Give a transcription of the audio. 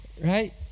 right